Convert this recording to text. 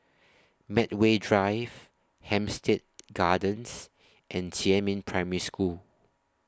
Medway Drive Hampstead Gardens and Jiemin Primary School